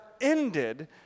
ended